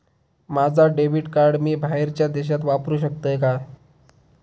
माझा debit card मी बाहेरच्या देशात वापरू शकतय काय?